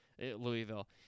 Louisville